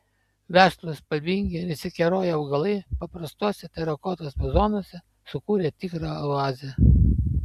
vešlūs spalvingi ir išsikeroję augalai paprastuose terakotos vazonuose sukūrė tikrą oazę